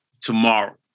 tomorrow